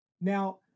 Now